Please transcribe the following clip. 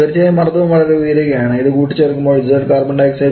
തീർച്ചയായും മർദ്ദവും വളരെ ഉയരുകയാണ് ഇത് കൂട്ടിച്ചേർക്കുമ്പോൾ 𝑍𝐶𝑂2 0